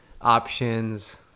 options